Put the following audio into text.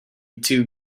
two